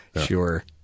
sure